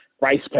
rice